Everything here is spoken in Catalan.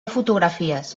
fotografies